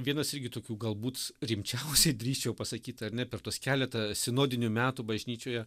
vienas irgi tokių galbūt rimčiausiai drįsčiau pasakyt ar ne per tuos keletą sinodinių metų bažnyčioje